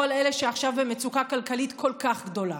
אלה שעכשיו במצוקה כלכלית כל כך גדולה.